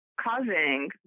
causing